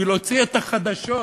היא להוציא את החדשות,